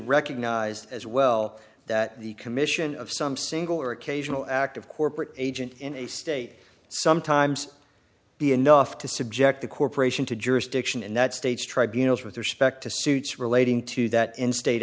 recognized as well the commission of some single or occasional act of corporate agent in a state sometimes be enough to subject the corporation to jurisdiction in that state's tribunals with respect to suits relating to that in state